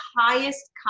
highest